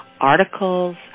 articles